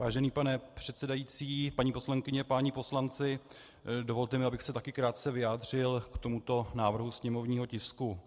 Vážený pane předsedající, paní poslankyně, páni poslanci, dovolte mi, abych se taky krátce vyjádřil k tomuto návrhu sněmovního tisku.